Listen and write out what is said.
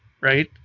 right